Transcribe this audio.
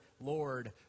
Lord